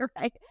right